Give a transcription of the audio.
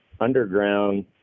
underground